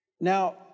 Now